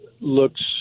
looks